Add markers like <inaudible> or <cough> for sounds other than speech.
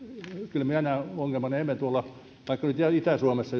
kyllä minä todella näen ongelman enemmän tuolla vaikka nyt ihan itä suomessa <unintelligible>